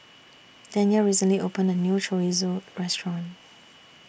Danyell recently opened A New Chorizo Restaurant